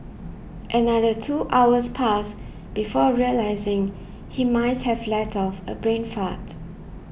another two hours passed before realising he might have let off a brain fart